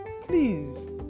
please